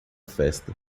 festa